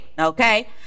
okay